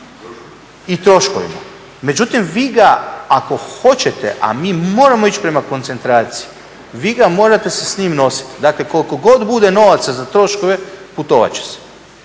i troškovima. Međutim, vi ga ako hoćete, a mi moramo ići prema koncentraciji, vi ga morate se s tim nositi. Dakle, koliko god bude novaca za troškove putovat će se.